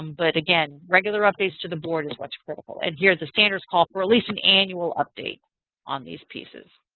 um but again, regular updates to the board is what's critical. and here the standard calls for at least an annual update on these pieces.